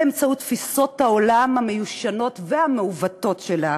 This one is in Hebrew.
באמצעות תפיסות העולם המיושנות והמעוותות שלה,